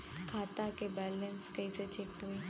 खता के बैलेंस कइसे चेक होई?